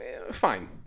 fine